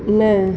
न